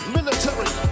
Military